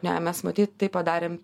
ne mes matyt tai padarėm